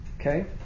Okay